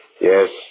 Yes